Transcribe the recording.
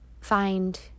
find